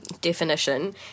definition